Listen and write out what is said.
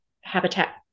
Habitat